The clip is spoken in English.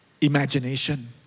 imagination